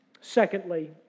Secondly